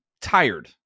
tired